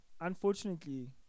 unfortunately